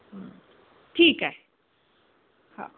ठीक आहे हां